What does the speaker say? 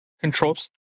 controls